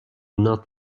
not